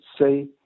say